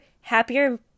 happier